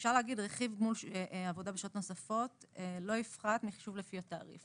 אפשר להגיד רכיב גמול עבודה בשעות נוספות לא יפחת מחישוב לפי התעריף.